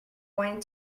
going